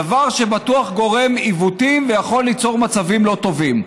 דבר שבטוח גורם עיוותים ויכול ליצור מצבים לא טובים.